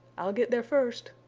i'll get there first!